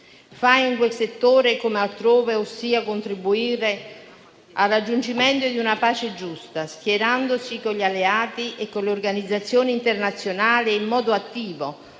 Paese in quel settore come altrove, ossia contribuire al raggiungimento di una pace giusta, schierandosi con gli alleati e con le organizzazioni internazionali in modo attivo,